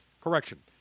correction